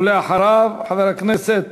ואחריו, חבר הכנסת